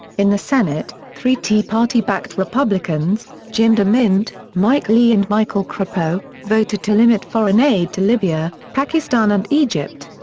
in the senate, three tea party backed republicans, jim demint, mike lee and michael crapo voted to limit foreign aid to libya, pakistan and egypt.